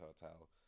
Hotel